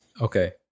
okay